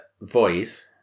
Voice